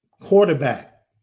Quarterback